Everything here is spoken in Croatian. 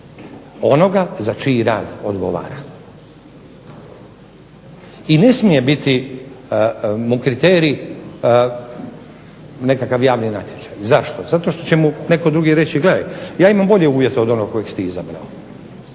onoga za čiji rad odgovara. I ne smije biti mu kriterij nekakav javni natječaj. Zašto, zato što će mu netko drugi reći gledaj, ja imam bolje uvjete od onog kojeg si ti izabrao,